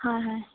হয় হয়